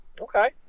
Okay